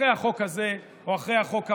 אחרי החוק הזה או אחרי החוק הבא,